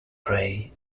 prey